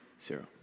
zero